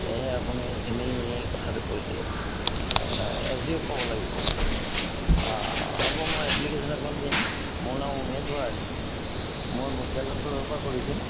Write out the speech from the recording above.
সেয়েহে আপুনি এইখিনি কথাটো কৰি দিয়ক এছ ডি অক ক'ব লাগিব হ'ব মই এপ্লিকেশ্যন এখন দিম মোৰ নাম ঊমেশ ভৰালী মই বকীয়াল অঞ্চলৰ পৰা কৰিছোঁ